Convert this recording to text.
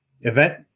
event